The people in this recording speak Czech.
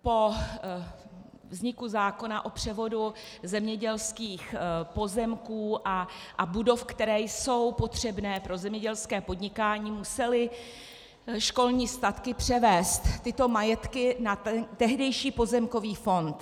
Po vzniku zákona o převodu zemědělských pozemků a budov, které jsou potřebné pro zemědělské podnikání, musely školní statky převést tyto majetky na tehdejší pozemkový fond.